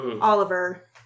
Oliver